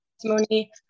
testimony